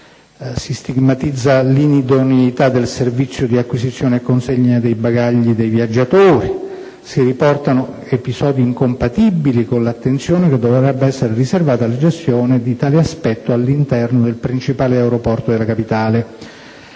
si stigmatizza l'inidoneità del servizio di acquisizione e consegna dei bagagli dei viaggiatori e si riportano episodi incompatibili con l'attenzione che dovrebbe essere riservata alla gestione di tale aspetto all'interno del principale aeroporto della capitale.